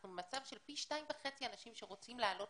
אנחנו במצב של פי שניים וחצי אנשים שרוצים לעלות